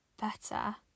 better